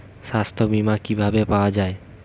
সাস্থ্য বিমা কি ভাবে পাওয়া যায়?